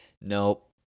Nope